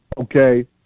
okay